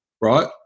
Right